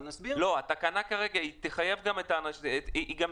(תיקון מס'...), התש"ף-2020 בדבר